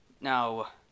Now